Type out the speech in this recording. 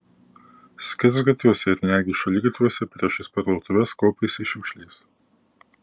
skersgatviuose ir netgi šaligatviuose priešais parduotuves kaupėsi šiukšlės